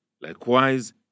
Likewise